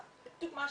--- דוגמה אחת.